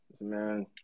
Man